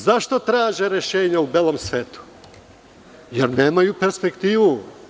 Zaštotraže rešenja u belom svetu, jer nemaju perspektivu?